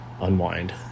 unwind